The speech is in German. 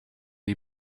die